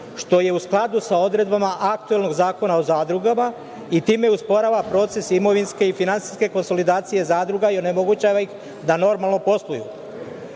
što je u skladu sa odredbama aktuelnog Zakona o zadrugama i time usporava proces imovinske i finansijske konsolidacije zadruga i onemogućava ih da normalno posluju? Sledeće